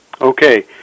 Okay